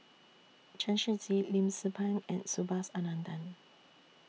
Chen Shiji Lim Tze Peng and Subhas Anandan